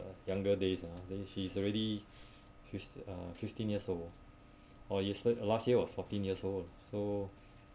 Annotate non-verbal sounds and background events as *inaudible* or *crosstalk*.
younger days ah then he is already *breath* he's uh fifteen years old or yes~ last year was fourteen years old so